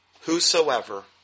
Whosoever